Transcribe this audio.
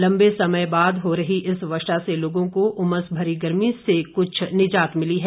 लंबे समय बाद हो रही इस वर्षा से लोगों को उमस भरी गर्मी से भी निजात मिली है